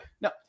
No